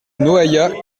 noaillat